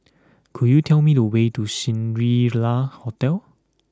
could you tell me the way to Shangri La Hotel